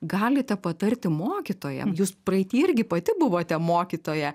galite patarti mokytojam jūs praeity irgi pati buvote mokytoja